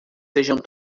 sejam